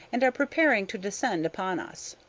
and are preparing to descend upon us.